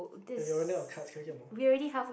eh we are running out of cards can we get more